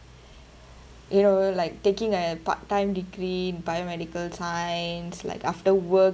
you know like taking a part time degree biomedical science like after work